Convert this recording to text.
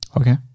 Okay